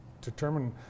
determine